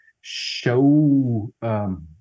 show